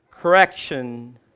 Correction